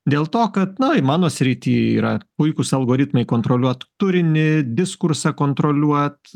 dėl to kad mano srity yra puikūs algoritmai kontroliuot turinį diskursą kontroliuot